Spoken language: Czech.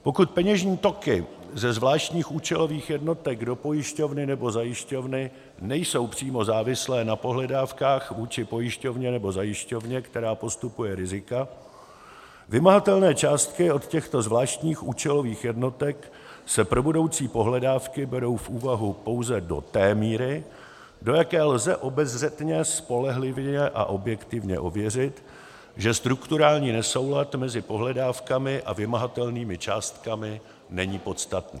Pokud peněžní toky ze zvláštních účelových jednotek do pojišťovny nebo zajišťovny nejsou přímo závislé na pohledávkách vůči pojišťovně nebo zajišťovně, která postupuje rizika, vymahatelné částky od těchto zvláštních účelových jednotek se pro budoucí pohledávky berou v úvahu pouze do té míry, do jaké lze obezřetně, spolehlivě a objektivně ověřit, že strukturální nesoulad mezi pohledávkami a vymahatelnými částkami není podstatný.